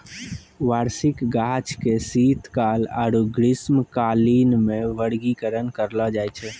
वार्षिक गाछ के शीतकाल आरु ग्रीष्मकालीन मे वर्गीकरण करलो जाय छै